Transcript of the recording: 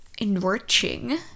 enriching